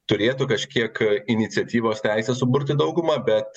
turėtų kažkiek iniciatyvos teisę suburti daugumą bet